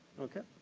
okay?